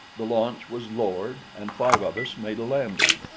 the launch was lowered, and five of us made a landing,